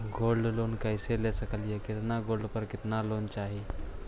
Gold loan कैसे ले सकली हे, कितना गोल्ड पर कितना लोन चाही?